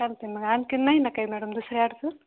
चालते आहे मग आणखी नाही ना काही मॅडम दुसरी अडचण